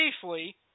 safely